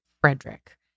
Frederick